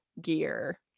gear